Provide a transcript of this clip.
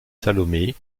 salomé